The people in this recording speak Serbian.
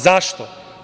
Zašto?